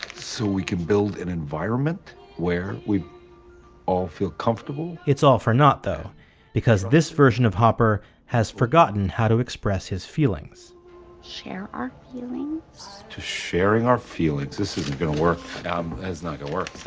so we can build an environment where we all feel comfortable it's all for naught though because this version of hopper has forgotten how to express his feelings share our feelings to sharing our feelings. this isn't gonna work it's not gonna work.